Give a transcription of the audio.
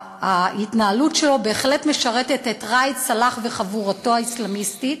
וההתנהלות שלו בהחלט משרתת את ראאד סלאח וחבורתו האסלאמיסטית,